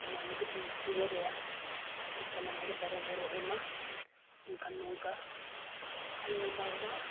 ᱚᱱᱟ ᱞᱟᱹᱜᱤᱫ ᱤᱧ ᱩᱭᱦᱟᱹᱨᱮᱜᱼᱟ ᱡᱮ ᱥᱟᱱᱟᱢ ᱦᱚᱲ ᱫᱟᱨᱮ ᱵᱚᱱ ᱨᱚᱦᱚᱭᱢᱟ ᱮᱱᱠᱷᱟᱱ ᱱᱚᱝᱠᱟ ᱟᱞᱚ ᱵᱚ ᱢᱟᱜᱽ ᱢᱟ